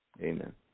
Amen